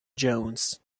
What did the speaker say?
jones